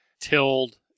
tilled